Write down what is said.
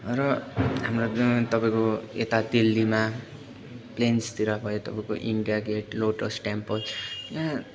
र हाम्रो जुन तपाईँको यता दिल्लीमा प्लेन्सतिर भयो तपाईँको इन्डिया गेट लोटस टेम्पल यहाँ